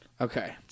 Okay